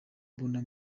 mbona